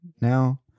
now